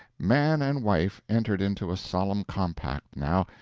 man and wife entered into a solemn compact, now,